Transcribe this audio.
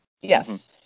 Yes